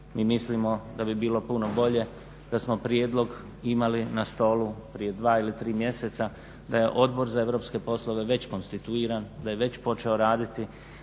Mi mislimo da bi bilo puno bolje da smo prijedlog imali na stolu prije 2 ili 3 mjeseca. Da je Odbor za europske poslove već konstituiran, da je već počeo raditi.